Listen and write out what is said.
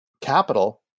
capital